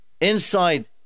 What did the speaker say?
inside